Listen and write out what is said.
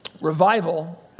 Revival